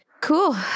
Cool